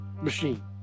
machine